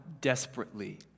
desperately